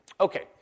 Okay